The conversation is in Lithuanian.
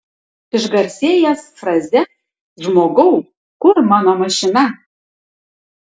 išgarsėjęs fraze žmogau kur mano mašina